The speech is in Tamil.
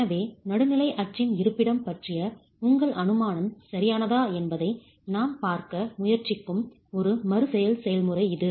எனவே நடுநிலை அச்சின் இருப்பிடம் பற்றிய உங்கள் அனுமானம் சரியானதா என்பதை நாம் பார்க்க முயற்சிக்கும் ஒரு மறுசெயல் செயல்முறை இது